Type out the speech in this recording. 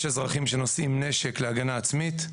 יש אזרחים שנושאים נשק להגנה עצמית,